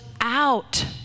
out